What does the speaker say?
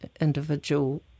individual